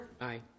Aye